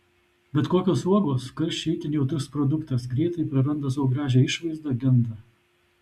bet kokios uogos karščiui itin jautrus produktas greitai praranda savo gražią išvaizdą genda